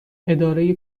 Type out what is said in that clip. اداره